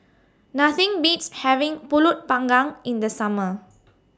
Nothing Beats having Pulut Panggang in The Summer